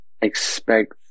expect